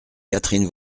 catherine